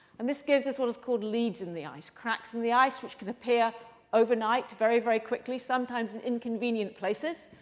and this gives us what is called leads in the ice, cracks in the ice which can appear overnight. very, very quickly. sometimes in inconvenient places.